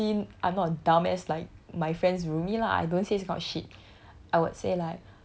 as in obviously I'm not dumb ass like my friends roomie lah I don't say this kind of shit